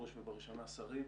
בראש ובראשונה שרים,